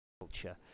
culture